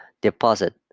deposit